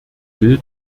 will